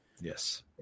Yes